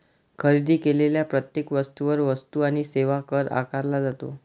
खरेदी केलेल्या प्रत्येक वस्तूवर वस्तू आणि सेवा कर आकारला जातो